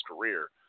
career